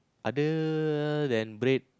other than bread